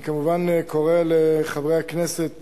אני כמובן קורא לחברי הכנסת